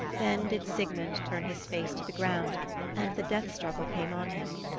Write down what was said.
then did sigmund turn his face to the ground and the death-struggle came on him.